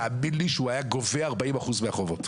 תאמין לי שהוא היה גובה 40 אחוז מהחובות,